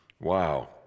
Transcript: Wow